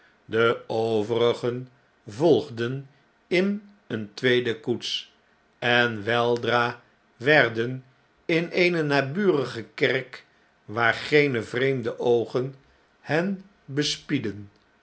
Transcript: had deoverigen volgden in een tweede koets en weldra werden in eene naburige kerk waar geene vreemde oogen hen